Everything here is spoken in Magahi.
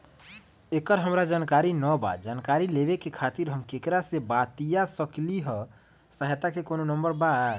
एकर हमरा जानकारी न बा जानकारी लेवे के खातिर हम केकरा से बातिया सकली ह सहायता के कोनो नंबर बा?